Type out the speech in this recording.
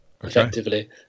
effectively